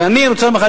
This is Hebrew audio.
אני רוצה לומר לך,